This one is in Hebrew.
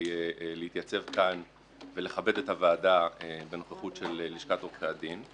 להתייצב כאן ולכבד את הוועדה בנוכחות של לשכת עורכי הדין.